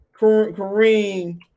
Kareem